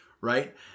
Right